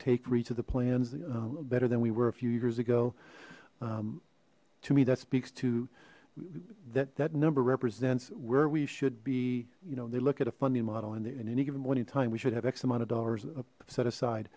take me to the plans better than we were a few years ago to me that speaks to that that number represents where we should be you know they look at a funding model in their in any given point in time we should have x amount of dollars a set aside